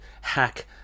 hack